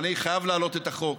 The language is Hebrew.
אבל אני חייב להעלות את החוק.